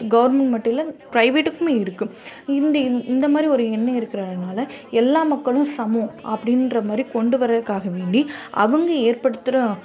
government மட்டுமில்லை ப்ரைவேட்டுக்குமே இருக்குது இந்த இந் இந்த மாதிரி ஒரு எண்ணம் இருக்கிறதுனால எல்லா மக்களும் சமம் அப்படின்ற மாதிரி கொண்டு வர்றதுக்காக வேண்டி அவங்க ஏற்படுத்துகிற